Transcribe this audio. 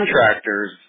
contractors